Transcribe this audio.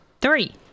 three